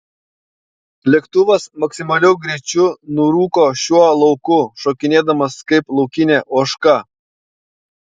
lėktuvas maksimaliu greičiu nurūko šiuo lauku šokinėdamas kaip laukinė ožka